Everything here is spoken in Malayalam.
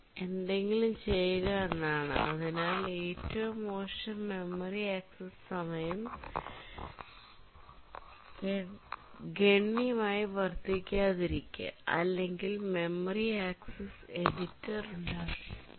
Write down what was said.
ഇവിടെ ഞങ്ങളുടെ പ്രധാന ലക്ഷ്യം എന്തെങ്കിലും ചെയ്യുക എന്നതാണ് അതിനാൽ ഏറ്റവും മോശം മെമ്മറി ആക്സസ് സമയം ഗണ്യമായി വർദ്ധിക്കാതിരിക്കുക അല്ലെങ്കിൽ മെമ്മറി ആക്സസ് എഡിറ്റർ ഉണ്ടാകും